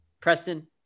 Preston